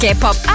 K-pop